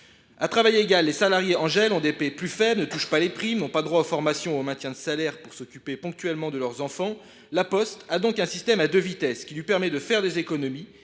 À travail égal, les salariés en contrat GEL ont des paies plus faibles, ne touchent pas les primes, n’ont pas droit aux formations ou au maintien de salaire pour s’occuper ponctuellement de leurs enfants. La Poste a donc un système à deux vitesses, qui lui permet de faire des économies